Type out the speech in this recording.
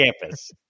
campus